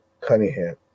Cunningham